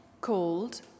called